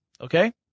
Okay